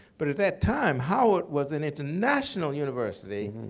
but at that time, howard was an international university.